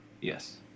yes